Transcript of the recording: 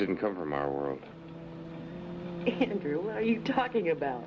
didn't come from our world talking about